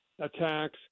attacks